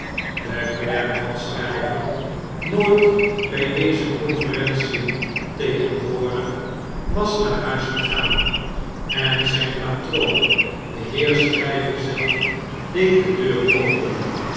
de klerk van stryver nooit bij deze conferentien tegenwoordig was naar huis gegaan en zijn patroon de heer stryver zelf deed de deur open